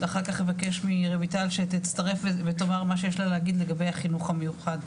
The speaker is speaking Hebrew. ואחר כך אבקש מרויטל שתצטרף ותאמר מה שיש לה להגיד לגבי החינוך המיוחד,